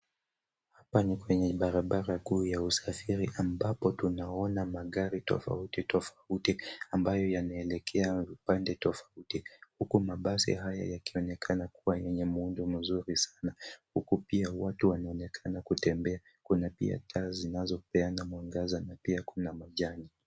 Hapa ni kwenye barabara kuu ya usafiri ambapo tunaona magari tofauti tofauti ambayo yanaeleka pande tofauti huku mabasi hayo yakionekana kuwa yenye muundo mzuri sana huku pia watu wanaonekana kutembea. Kuna pia taa zinazopeana mwangaza na pia kuna majani.